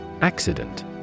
Accident